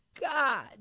God